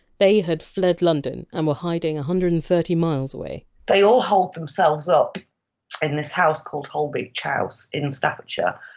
they had fled london, and were hiding one hundred and thirty miles away they all holed themselves up in this house called holbeche house in staffordshire.